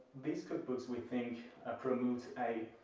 these cookbooks we think promote a